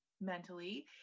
mentally